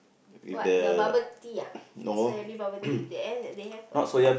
what the bubble tea ah soya bean bubble tea they they have a